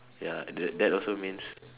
ya and that that also means